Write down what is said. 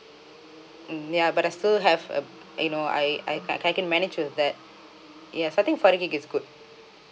mm ya but I still have uh you know I I can manage to that yes I think forty gigabyte is good